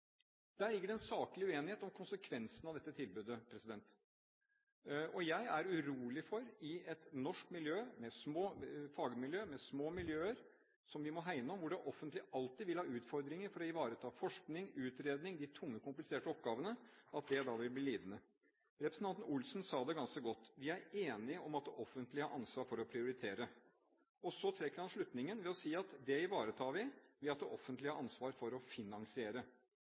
Der ligger det en saklig uenighet om konsekvensene av dette tilbudet. Jeg er urolig for at et norsk fagmiljø med små miljøer som vi må hegne om, hvor det offentlige alltid vil ha utfordringer for å ivareta forskning, utredning, de tunge og kompliserte oppgavene, da vil bli lidende. Representanten Olsen sa det ganske godt. Vi er enige om at det offentlige har ansvaret for å prioritere. Så trekker han slutningen ved å si at det ivaretar vi ved at det offentlige har ansvaret for å finansiere.